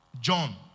John